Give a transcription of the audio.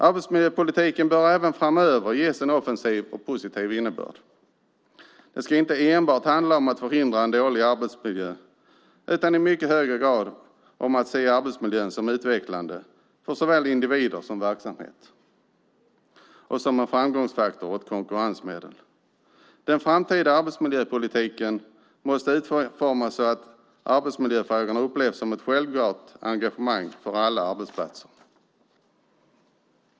Arbetsmiljöpolitiken bör även framöver ges en offensiv och positiv innebörd. Det ska inte enbart handla om att förhindra en dålig arbetsmiljö utan i mycket högre grad om att se arbetsmiljön som utvecklande för såväl individer som verksamhet och som en framgångsfaktor och ett konkurrensmedel. Den framtida arbetsmiljöpolitiken måste utformas så att arbetsmiljöfrågorna upplevs som ett självklart engagemang på alla arbetsplatser.